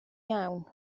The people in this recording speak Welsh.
iawn